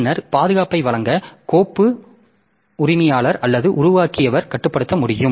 பின்னர் பாதுகாப்பை வழங்க கோப்பு உரிமையாளர் அல்லது உருவாக்கியவர் கட்டுப்படுத்த முடியும்